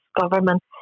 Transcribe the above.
government